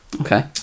Okay